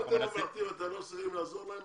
אם אתם ממלכתיים ואתם לא רוצים לעזור להם,